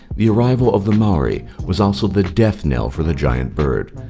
the arrival of the maori was also the death knell for the giant bird.